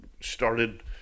started